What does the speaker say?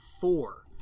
four